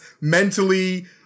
mentally